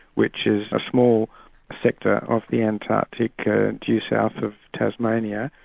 which is a small sector of the antarctic due south of tasmania.